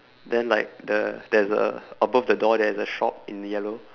then like the~ there's a above the door there's a shop in yellow